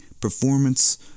performance